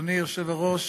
אדוני היושב-ראש,